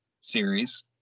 series